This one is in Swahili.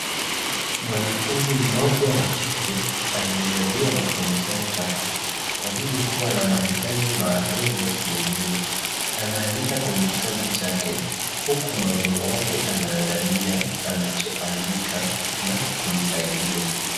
Mwanafunzi mmoja wa kike aliyezaliwa na kromosomu tatu kwa hivyo kuwa na mahitaji maalum ya kielimu. Anaandika kwenye kitabu chake huku mwalimu wake anaangalia anachoandika na kumsaidia.